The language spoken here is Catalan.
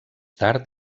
tard